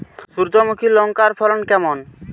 সূর্যমুখী লঙ্কার ফলন কেমন?